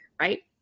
right